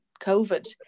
COVID